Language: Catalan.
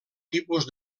tipus